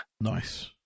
Nice